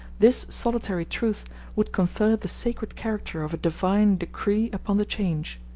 this solitary truth would confer the sacred character of a divine decree upon the change.